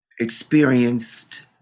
experienced